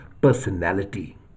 personality